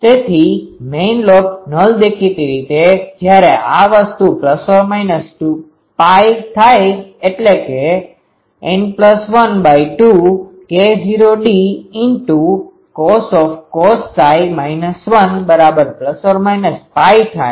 તેથી main lobe null દેખીતી રીતે જ્યારે આ વસ્તુ ±π થાય એટલે કે N12K૦d±π થાય